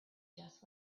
just